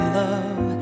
love